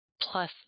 plus